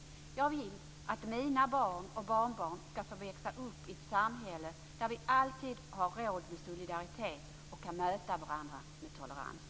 Jag vill att mina barn och barnbarn skall få växa upp i ett samhälle där vi alltid har råd med solidaritet och kan möta varandra med tolerans.